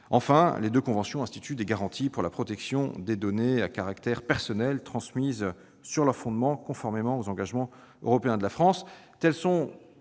Enfin, les deux conventions instituent des garanties pour la protection des données à caractère personnel transmises sur leur fondement, conformément aux engagements européens de la France.